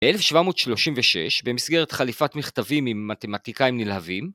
ב-1736 במסגרת חליפת מכתבים עם מתמטיקאים נלהבים